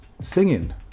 singing